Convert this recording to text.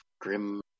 Grim